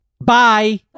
bye